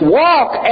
walk